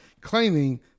claiming